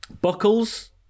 Buckles